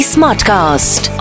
Smartcast